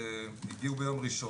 הם הגיעו ביום ראשון.